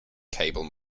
cable